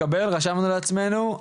מקבל, רשמנו לעצמנו.